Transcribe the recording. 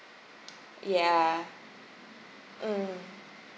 ya mm